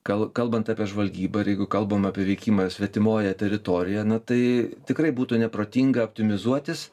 kal kalbant apie žvalgybą ir jeigu kalbam apie veikimą svetimoje teritorijoje na tai tikrai būtų neprotinga optimizuotis